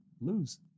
lose